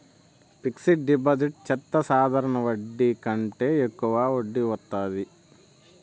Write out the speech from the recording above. fixed deposit చెత్తే సాధారణ వడ్డీ కంటే యెక్కువ వడ్డీ వత్తాది